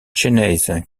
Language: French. chaynesse